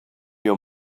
your